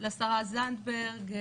לשרה זנדברג,